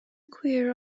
queer